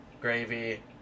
gravy